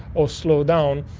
or slowed down.